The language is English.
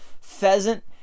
Pheasant